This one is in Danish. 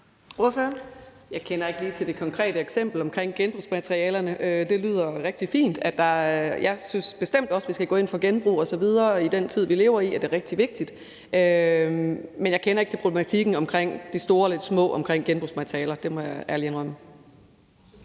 Jeg kender ikke lige til det konkrete eksempel omkring genbrugsmaterialerne. Det lyder rigtig fint, og jeg synes bestemt også, at vi skal gå ind for genbrug osv., og at det i den tid, vi lever i, er rigtig vigtigt. Men jeg kender ikke til problematikken omkring genbrugsmaterialer og de store eller de